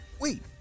wait